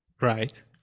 Right